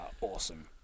awesome